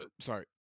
Sorry